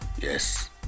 Yes